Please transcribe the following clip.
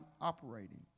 operating